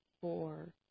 four